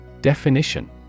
Definition